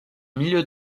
milieu